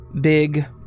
Big